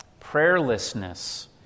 prayerlessness